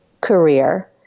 career